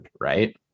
right